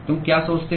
तुम क्या सोचते हो